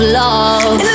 love